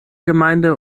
gemeinde